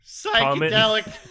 psychedelic